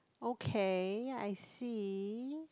okay I see